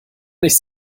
nicht